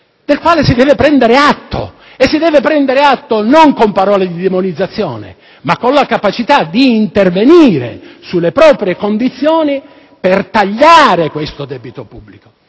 del quale si deve prendere atto non con parole di demonizzazione, ma con la capacità di intervenire sulle proprie condizioni, per tagliare il debito pubblico.